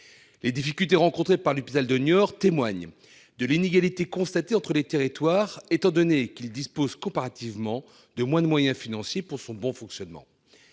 Les difficultés rencontrées par l'hôpital de Niort témoignent de l'inégalité constatée entre les territoires, dans la mesure où cet établissement dispose comparativement de moins de moyens financiers pour son bon fonctionnement.